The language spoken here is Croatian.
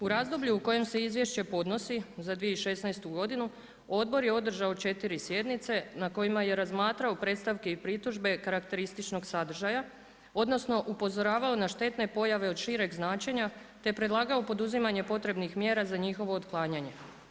U razdoblju u kojem se izvješće podnosi za 2016. godinu odbor je održao četiri sjednice na kojima je razmatrao predstavke i pritužbe karakterističnog sadržaja odnosno upozoravao na štetne pojave od šireg značenja te predlagao poduzimanje potrebnih mjera za njihovo otklanjanje.